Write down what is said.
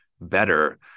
better